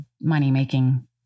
money-making